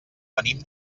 venim